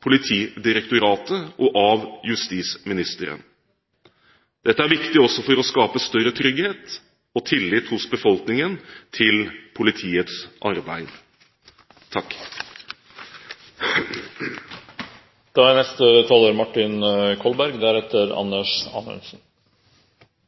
Politidirektoratet og av justisministeren. Dette er viktig også for å skape større trygghet og tillit hos befolkningen til politiets arbeid. Det er